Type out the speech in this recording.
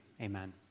amen